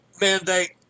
mandate